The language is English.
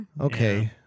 Okay